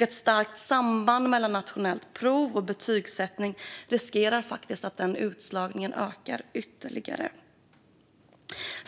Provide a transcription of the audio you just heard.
Ett stärkt samband mellan nationella prov och betygsättning riskerar därmed att öka den utslagningen ytterligare.